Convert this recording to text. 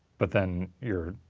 but then you're.